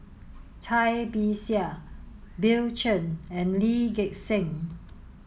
Cai Bixia Bill Chen and Lee Gek Seng